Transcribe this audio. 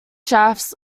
shafts